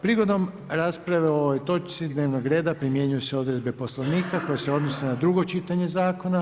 Prigodom rasprave o ovoj točci dnevnog reda primjenjuju se odredbe Poslovnika koje se odnose na drugo čitanje zakona.